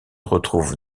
retrouve